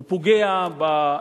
הוא פוגע ביכולת